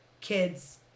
kids